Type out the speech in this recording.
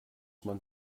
man